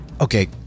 okay